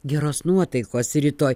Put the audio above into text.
geros nuotaikos rytoj